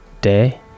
day